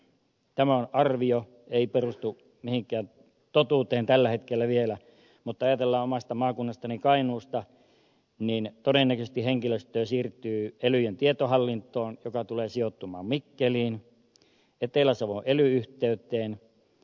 tämä on arvio ei perustu mihinkään totuuteen tällä hetkellä vielä mutta jos ajatellaan omaa maakuntaani kainuuta niin todennäköisesti henkilöstöä siirtyy elyjen tietohallintoon joka tulee sijoittumaan mikkeliin etelä savon elyn yhteyteen